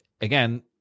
again